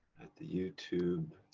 at the youtube.